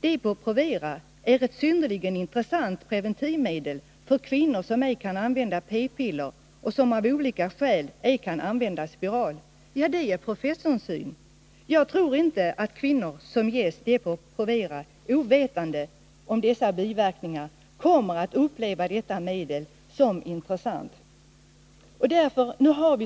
”Depo Provera är ett synnerligen intressant preventivmedel för kvinnor som ej kan använda p-piller och som av olika skäl ej kan använda spiral.” Det är professorns syn. Jag tror inte att kvinnor som ges Depo-Provera ovetande om biverkningarna kommer att uppleva medlet som intressant efter hand som biverkningarna uppträder.